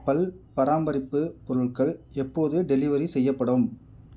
பல் பராமரிப்பு பொருட்கள் எப்போது டெலிவரி செய்யப்படும்